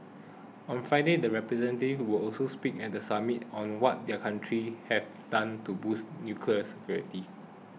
on Friday the representatives will also speak at the summit on what their country have done to boost nuclear security